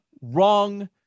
wrong